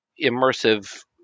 immersive